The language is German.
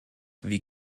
wie